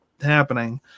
happening